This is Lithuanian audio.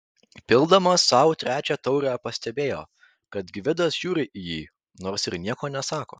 pildamas sau trečią taurę pastebėjo kad gvidas žiūri į jį nors ir nieko nesako